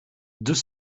deux